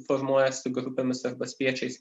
formuojasi grupėmis arba spiečiais